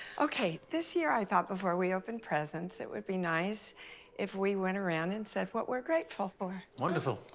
okay, this year i thought, before we opened presents it would be nice if we went around and said what we're grateful for. wonderful.